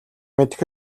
мэдэх